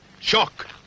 Shock